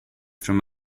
from